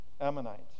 Ammonites